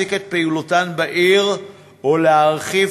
להפסיק את פעילותם בעיר ולא להרחיב